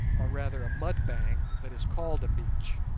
or rather a mud bank that is called a beach.